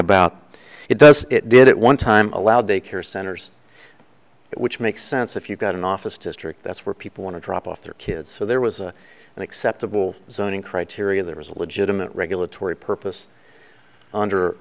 about it does it did it one time allow daycare centers which makes sense if you've got an office district that's where people want to drop off their kids so there was an acceptable zoning criteria there was a legitimate regulatory purpose under